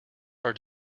are